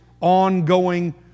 ongoing